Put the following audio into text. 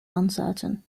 uncertain